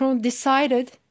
decided